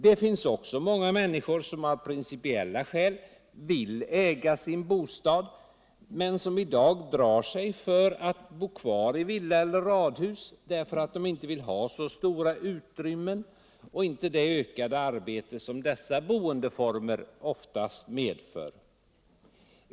Det finns också många människor, som av principiella skäl vill äga sin bostad men som i dag drar sig för att bo kvar i villa eller radhus, därför att de inte vill ha så stora utrymmen och inte det ökade arbete som dessa boendeformer oftast medför.